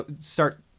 start